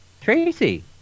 Tracy